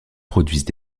produisent